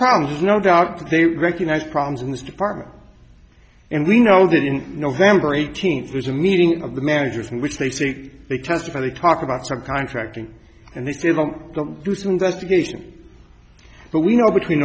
problems no doubt they recognize problems in this department and we know that in november eighteenth there's a meeting of the managers in which they say they testify they talk about some contracting and they still do some investigation but we know between